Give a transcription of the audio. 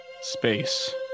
Space